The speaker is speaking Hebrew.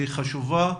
חשובה,